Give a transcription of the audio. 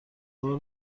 بار